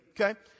okay